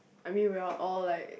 I mean we are all like